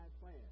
plan